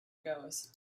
goes